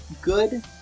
good